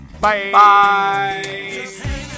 Bye